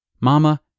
Mama